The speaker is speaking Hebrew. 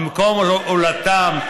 ממקום הולדתם,